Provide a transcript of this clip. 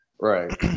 Right